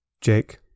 Jake